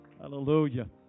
Hallelujah